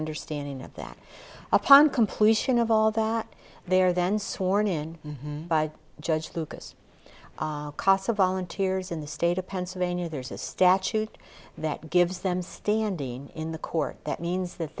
understanding of that upon completion of all that they're then sworn in by judge lucas casa volunteers in the state of pennsylvania there's a statute that gives them standing in the court that means that